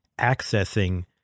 accessing